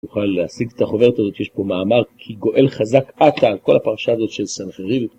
נוכל להשיג את החוברת הזאת, יש פה מאמר, כי גואל חזק עטה על כל הפרשה הזאת של סנחריב.